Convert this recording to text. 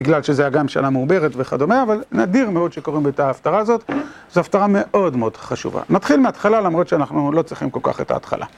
בגלל שזה היה גם שנה מעוברת וכדומה, אבל נדיר מאוד שקוראים את ההפטרה הזאת. זו הפטרה מאוד מאוד חשובה. נתחיל מההתחלה, למרות שאנחנו לא צריכים כל כך את ההתחלה.